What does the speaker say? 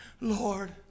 Lord